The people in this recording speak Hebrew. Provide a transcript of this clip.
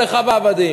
על אחיו העבדים,